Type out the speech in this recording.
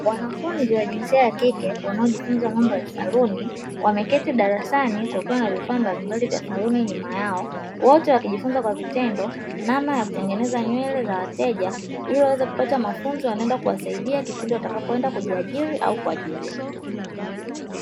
Wanafunzi wa jinsia ya kike wanaojifunza mambo ya saluni wameketi darasani kukiwa na vifaa mbali mbali vya saluni nyuma yao vitendo namna ya kutengeneza nywele za wateja ili waweze kupata mafunzo yatayo wasaidia kipindi watakapo kwenda kujiajiri au kuajiliwa.